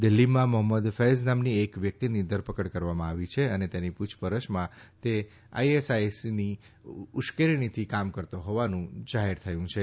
દિલ્હીમાં મહંમદ ફૈઝ નામની એક વ્યકિતની ધરપકડ કરવામાં આવી છે અને તેની પુછપરછમાં તે આઈએસઆઈએસની ઉશ્કેરણીથી કામ કરતો હોવાનું જાહેર થયું છે